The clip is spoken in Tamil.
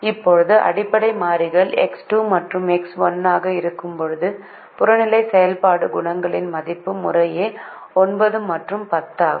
இப்போது அடிப்படை மாறிகள் எக்ஸ் 2 மற்றும் எக்ஸ் 1 ஆக இருக்கும்போது புறநிலை செயல்பாடு குணகங்களின் மதிப்பு முறையே 9 மற்றும் 10 ஆகும்